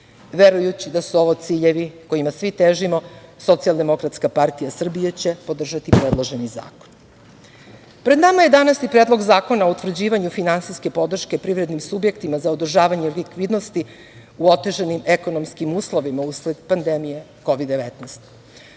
da su ovo ciljevi kojima svi težimo, Socijaldemokratska partija Srbije će podržati predloženi zakon. Pred nama je danas i Predlog zakona o utvrđivanju finansijske podrške privrednim subjektima za održavanje likvidnosti u otežanim ekonomskim uslovima usled pandemije Kovid-19.Ovo